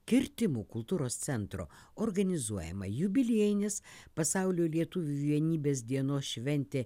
kirtimų kultūros centro organizuojama jubiliejinis pasaulio lietuvių vienybės dienos šventė